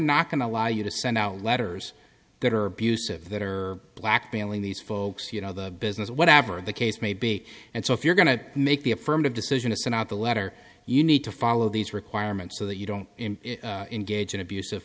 not going to lie you to send out letters that are abusive that are blackmailing these folks you know the business whatever the case may be and so if you're going to make the affirmative decision to send out a letter you need to follow these requirements so that you don't engage in abusive